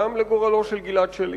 גם לגורלו של גלעד שליט.